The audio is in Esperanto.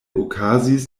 okazis